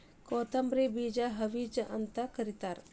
ಕೊತ್ತಂಬ್ರಿ ಬೇಜಕ್ಕ ಹವಿಜಾ ಅಂತ ಕರಿತಾರ